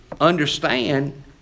understand